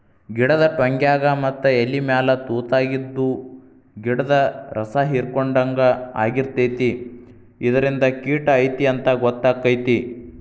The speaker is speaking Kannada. ಗಿಡದ ಟ್ವಂಗ್ಯಾಗ ಮತ್ತ ಎಲಿಮ್ಯಾಲ ತುತಾಗಿದ್ದು ಗಿಡ್ದ ರಸಾಹಿರ್ಕೊಡ್ಹಂಗ ಆಗಿರ್ತೈತಿ ಇದರಿಂದ ಕಿಟ ಐತಿ ಅಂತಾ ಗೊತ್ತಕೈತಿ